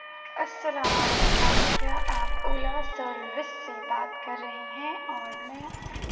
السلام علیکم کیا آپ اولا سروس سے بات کر رہے ہیں اور میں